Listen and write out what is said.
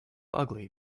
ugly